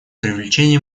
привлечение